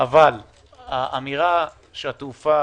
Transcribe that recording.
אבל האמירה שהתעופה,